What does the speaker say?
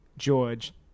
George